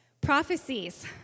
Prophecies